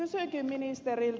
kysynkin ministeriltä